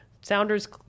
Sounders